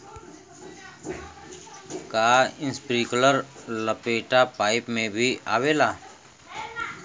का इस्प्रिंकलर लपेटा पाइप में भी आवेला?